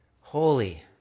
holy